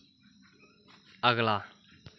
अगला